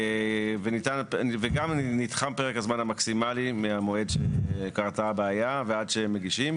וגם נתחם פרק הזמן המקסימלי מהמועד שקרתה הבעיה ועד שמגישים,